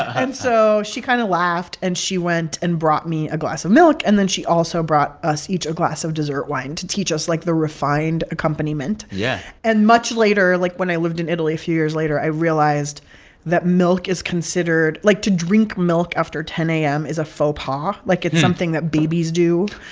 and so she kind of laughed, and she went and brought me a glass of milk. and then she also brought us each a glass of dessert wine to teach us, like, the refined accompaniment yeah and much later, like, when i lived in italy a few years later, i realized that milk is considered like, to drink milk after ten a m. is a faux pas. like, it's something that babies do,